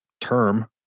term